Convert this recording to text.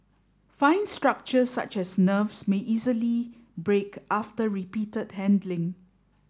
fine structures such as nerves may easily break after repeated handling